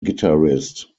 guitarist